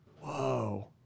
Whoa